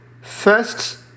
First